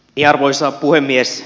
arvoisa puhemies